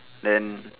then